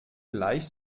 gleich